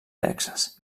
texas